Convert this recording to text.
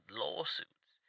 lawsuits